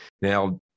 Now